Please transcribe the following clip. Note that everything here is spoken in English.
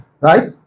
right